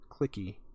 clicky